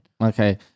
Okay